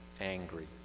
angry